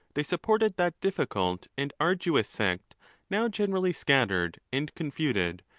they supported that difficult and arduous sect now generally scattered and confuted,